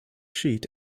sheet